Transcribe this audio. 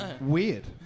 Weird